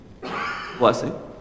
Blessing